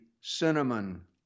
cinnamon